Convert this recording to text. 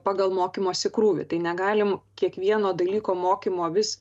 pagal mokymosi krūvį tai negalim kiekvieno dalyko mokymo vis